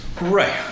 Right